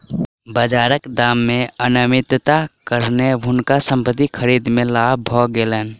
बाजारक दाम मे अनियमितताक कारणेँ हुनका संपत्ति खरीद मे लाभ भ गेलैन